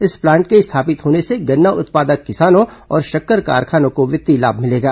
इस प्लांट के स्थापित होने से गन्ना उत्पादक किसानों और शक्कर कारखानों को वित्तीय लाभ मिलेगा